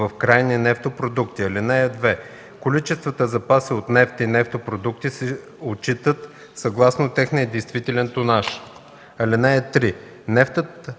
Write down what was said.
в крайни нефтопродукти. (2) Количествата запаси от нефт и нефтопродукти се отчитат съгласно техния действителен тонаж. (3) Нефтът